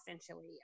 essentially